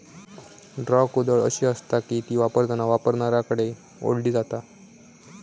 draw कुदळ अशी आसता की ती वापरताना वापरणाऱ्याकडे ओढली जाता